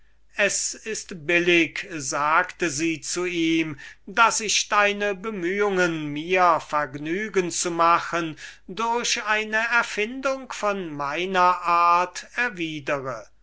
es ist billig sagte sie zu ihm daß ich deine bemühungen mir vergnügen zu machen durch eine erfindung von meiner art erwidre